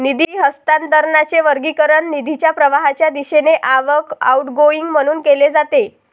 निधी हस्तांतरणाचे वर्गीकरण निधीच्या प्रवाहाच्या दिशेने आवक, आउटगोइंग म्हणून केले जाते